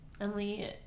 Emily